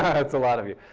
that's a lot of you.